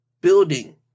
building